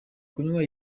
kunywa